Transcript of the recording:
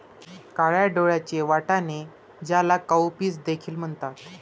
काळ्या डोळ्यांचे वाटाणे, ज्याला काउपीस देखील म्हणतात